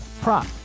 prop